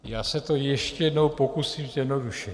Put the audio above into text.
Já se to ještě jednou pokusím zjednodušit.